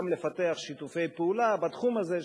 גם לפתח שיתופי פעולה בתחום הזה.